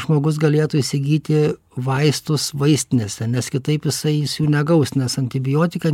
žmogus galėtų įsigyti vaistus vaistinėse nes kitaip jisai jis jų negaus nes antibiotika